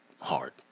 hard